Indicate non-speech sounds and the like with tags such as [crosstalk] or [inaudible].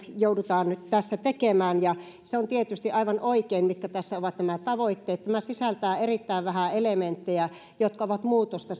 joudutaan nyt tässä tekemään ja tietysti aivan oikein ovat tässä nämä tavoitteet tämä sisältää erittäin vähän elementtejä jotka ovat muutosta [unintelligible]